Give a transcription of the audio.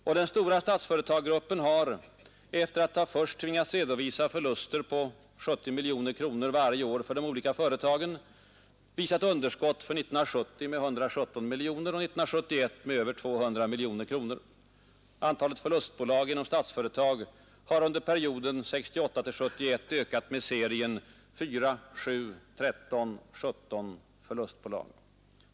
Och den stora Statsföretag-gruppen har, efter att först ha tvingats redovisa förluster på 70 miljoner kronor varje år för de olika företagen, visat underskott för 1970 med 117 miljoner och 1971 med över 200 miljoner kronor. Antalet förlustbolag inom Statsföretag har under perioden 1968-1971 ökat med serien 4, 7, 13 och 17.